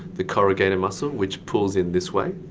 the corrugator muscle which pulls in this way.